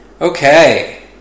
Okay